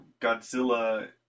Godzilla